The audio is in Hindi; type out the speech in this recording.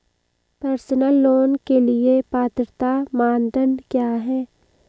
पर्सनल लोंन के लिए पात्रता मानदंड क्या हैं?